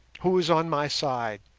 who is on my side?